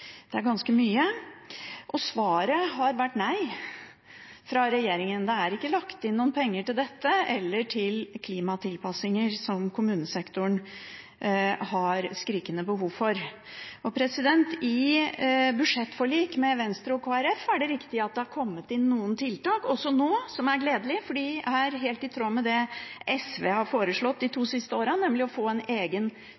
mye. Svaret fra regjeringen har vært nei, det er ikke lagt inn noen penger til dette eller til klimatilpasninger, som kommunesektoren har skrikende behov for. I budsjettforlik med Venstre og Kristelig Folkeparti er det riktig at det har kommet inn noen tiltak også nå, som er gledelig, for de er helt i tråd med det SV har foreslått de to siste årene, nemlig å få en egen